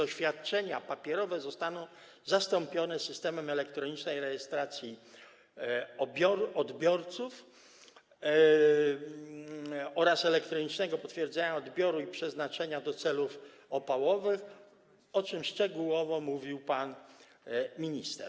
Oświadczenia papierowe zostaną więc zastąpione systemem elektronicznej rejestracji odbiorców oraz elektronicznym potwierdzeniem odbioru i przeznaczenia do celów opałowych, o czym szczegółowo mówił pan minister.